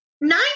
nine